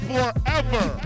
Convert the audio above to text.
Forever